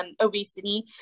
obesity